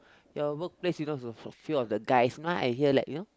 your workplace you know for for few of the guys now I hear like you know